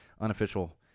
unofficial